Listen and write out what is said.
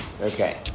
Okay